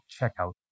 checkout